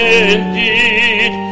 indeed